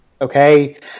okay